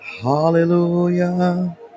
Hallelujah